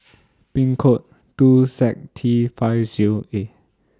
Pin code two Z T five Zero A